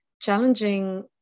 challenging